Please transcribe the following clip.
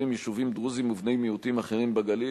יישובים של דרוזים ובני מיעוטים אחרים בגליל,